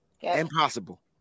Impossible